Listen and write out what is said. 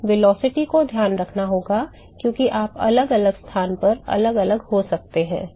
हमें वेग को ध्यान में रखना होगा क्योंकि आप अलग अलग स्थान पर अलग अलग हो सकते हैं